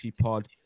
Pod